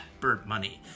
BirdMoney